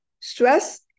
stress